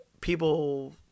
people